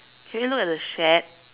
can you look at the shed